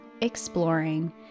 exploring